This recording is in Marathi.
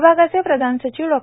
विभागाचे प्रधान सचिव डॉ